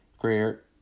Career